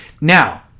Now